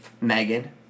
Megan